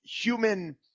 human